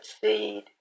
seed